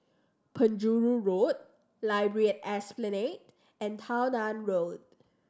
Penjuru Road Library at Esplanade and Tao Nan Road